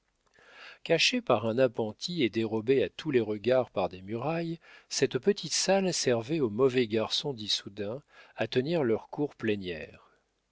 cachée par un appentis et dérobée à tous les regards par des murailles cette petite salle servait aux mauvais garçons d'issoudun à tenir leur cour